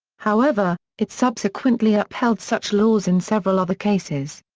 however, it subsequently upheld such laws in several other cases.